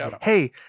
hey